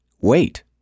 wait